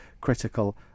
critical